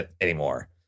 anymore